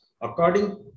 According